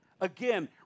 Again